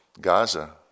Gaza